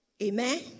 Amen